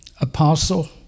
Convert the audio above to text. Apostle